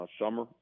summer